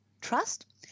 trust